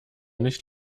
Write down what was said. nicht